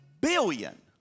billion